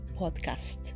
podcast